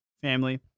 family